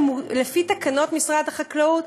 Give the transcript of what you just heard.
לפי תקנות משרד החקלאות,